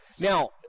Now